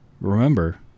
remember